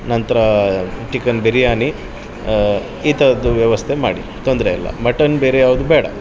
ನಂತರ ಚಿಕನ್ ಬಿರಿಯಾನಿ ಈ ಥರದ್ದು ವ್ಯವಸ್ಥೆ ಮಾಡಿ ತೊಂದರೆಯಿಲ್ಲ ಮಟನ್ ಬೇರೆ ಯಾವುದು ಬೇಡ